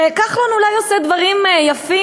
שכחלון אולי עושה דברים יפים,